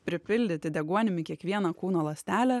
pripildyti deguonimi kiekvieną kūno ląstelę